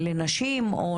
לנשים או